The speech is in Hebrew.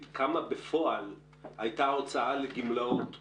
כמה בפועל היתה ההוצאה לגמלאות ב-2019?